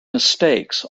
mistakes